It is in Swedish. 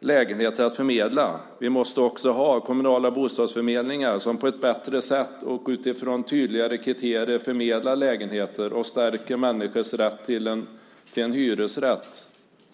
lägenheter att förmedla. Vi måste också ha kommunala bostadsförmedlingar som på ett bättre sätt och utifrån tydligare kriterier förmedlar lägenheter och stärker människors rätt till en hyresrätt.